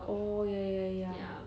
oh ya ya ya